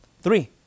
Three